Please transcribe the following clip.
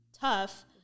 tough